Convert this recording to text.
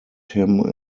him